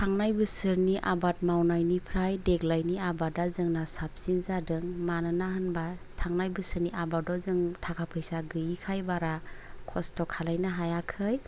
थांनाय बोसोरनि आबाद मावनायनिफ्राय देग्लायनि आबादा जोंना साबसिन जादों मानोना होनबा थांनाय बोसोदनि आबादाव जों ताका फैसा गैयैखायो बारा खस्थ' खालायनो हायाखै